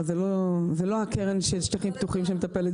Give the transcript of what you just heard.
אבל זו לא הקרן של שטחים פתוחים שמטפלת בזה.